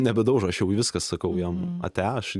nebedaužo aš jau viskas sakau jam ate aš